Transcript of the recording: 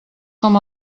com